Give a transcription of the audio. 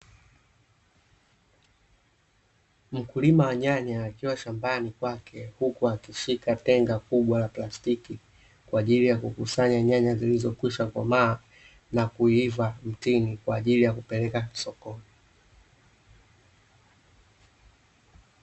Mkulima wa nyanya akiwa shambani kwake huku akishika tenga kubwa la plastiki, kwa ajili ya kukusanya nyanya zilizokwisha komaa na kuiva mtini; kwa ajili ya kupeleka sokoni.